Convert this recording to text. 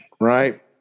right